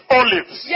olives